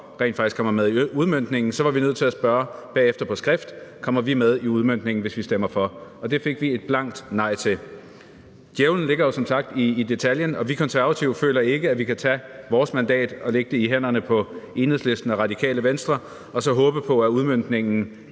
rent faktisk kommer med i udmøntningen, var vi nødt til at spørge bagefter på skrift: Kommer vi med i udmøntningen, hvis vi stemmer for? Og det fik vi et blankt nej til. Djævlen ligger jo som bekendt i detaljen, og vi Konservative føler ikke, at vi kan tage vores mandat og lægge det i hænderne på Enhedslisten og Radikale Venstre og så håbe på, at udmøntningen